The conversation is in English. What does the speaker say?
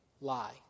lie